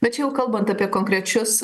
bet čia jau kalbant apie konkrečius